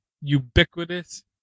ubiquitous